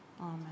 amen